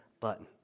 button